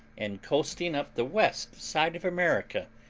and coasting up the west side of america,